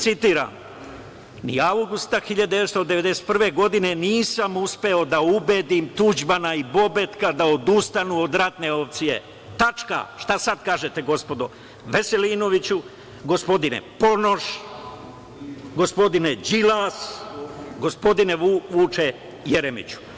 Citiram: „Ni avgusta 1991. godine nisam uspeo da ubedim Tuđmana i Bobetka da odustanu od ratne opcije.“ Šta sada kažete, gospodine Veselinoviću, gospodine Ponoš, gospodine Đilas, gospodine Vuče Jeremiću?